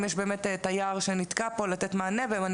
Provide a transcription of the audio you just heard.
אם יש באמת תייר שנתקע פה לתת מענה ואני